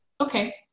Okay